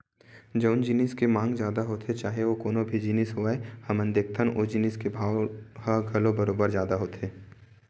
जउन जिनिस के मांग जादा होथे चाहे ओ कोनो भी जिनिस होवय हमन देखथन ओ जिनिस के भाव ह घलो बरोबर जादा होथे